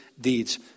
deeds